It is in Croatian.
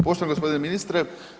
Poštovani gospodine ministre.